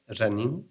running